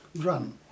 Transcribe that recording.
drum